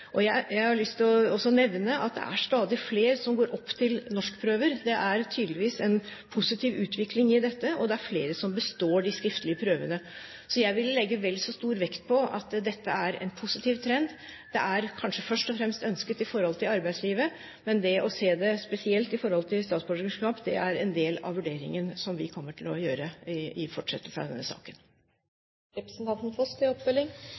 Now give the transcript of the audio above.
nevne at det er stadig flere som går opp til norskprøver. Det er tydeligvis en positiv utvikling i dette, og det er flere som består de skriftlige prøvene. Jeg vil derfor legge vel så stor vekt på at dette er en positiv trend, en trend som kanskje først og fremst er ønsket i arbeidslivet. Men det å se det spesielt knyttet til statsborgerskap er en del av vurderingen som vi kommer til å gjøre i fortsettelsen av denne saken. Jeg takker igjen for svaret, men det blir veldig mange vurderinger. Nå har vi stilt tre spørsmål på rad om oppfølging